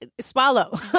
Swallow